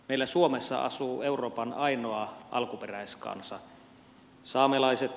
meillä suomessa asuu euroopan ainoa alkuperäiskansa saamelaiset